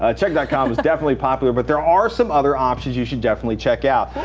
ah chugg dot com is definitely popular, but there are some other options you should definitely check out.